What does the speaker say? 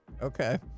Okay